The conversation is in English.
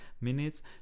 minutes